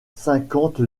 cinquante